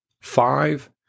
Five